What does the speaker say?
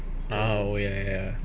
ah oh ya ya ya